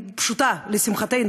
פשוטה, לשמחתנו.